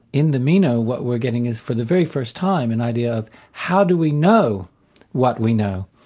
in the meno what we're getting is for the very first time an idea of how do we know what we know?